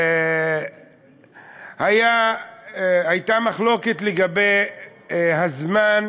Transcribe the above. הייתה מחלוקת לגבי הזמן,